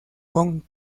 con